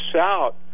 out